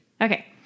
Okay